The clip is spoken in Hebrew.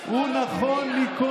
עכשיו יש, ימינה.